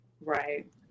Right